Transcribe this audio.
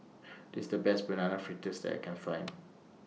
This The Best Banana Fritters that I Can Find